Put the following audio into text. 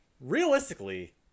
realistically